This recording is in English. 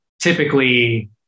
typically